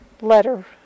Letter